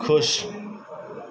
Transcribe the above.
ਖੁਸ਼